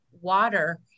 water